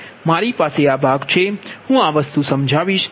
મારી પાસે આ ભાગ છે હું આ વસ્તુ સમજાવીશ